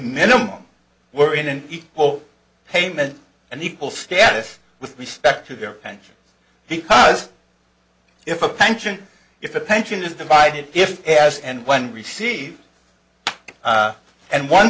minimum were in an equal payment and equal status with respect to their pension because if a pension if a pension is divided if s and when received and one